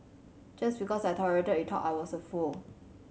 just because I tolerated he thought I was a fool